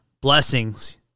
blessings